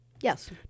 Yes